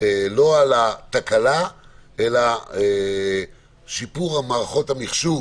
לא על התקלה אלא שיפור מערכות המחשוב